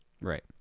Right